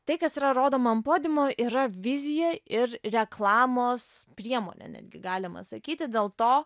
tai kas yra rodoma ant podiumo yra vizija ir reklamos priemonė netgi galima sakyti dėl to